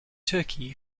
turkey